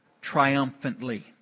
triumphantly